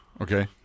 okay